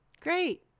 Great